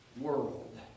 world